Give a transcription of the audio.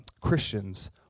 Christians